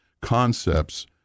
concepts